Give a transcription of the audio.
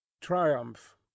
TRIUMPH